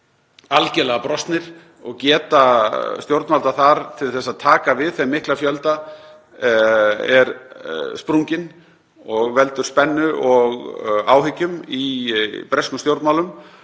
algjörlega brostnir og geta stjórnvalda þar til að taka við þeim mikla fjölda er sprungin og veldur spennu og áhyggjum í breskum stjórnmálum.